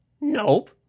Nope